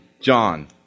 John